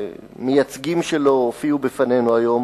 שמייצגים שלו הופיעו בפנינו היום,